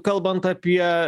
kalbant apie